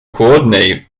coordinate